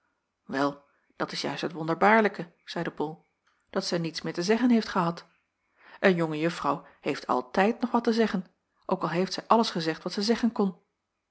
wel dat is juist het wonderbaarlijke zeide bol dat zij niets meer te zeggen heeft gehad een jonge juffrouw heeft altijd nog wat te zeggen ook al heeft zij alles gezegd wat zij zeggen kon